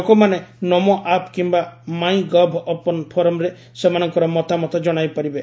ଲୋକମାନେ ନମୋ ଆପ୍ କିମ୍ବା MyGov open ଫୋରମ୍ରେ ସେମାନଙ୍କର ମତାମତ ଜଣାଇପାରିବେ